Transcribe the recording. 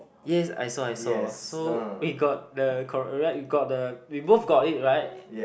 yes I saw I saw so we got the correct we got the we both got it right